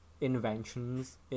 inventions